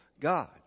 God